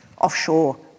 offshore